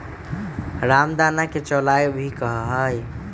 रामदाना के चौलाई भी कहा हई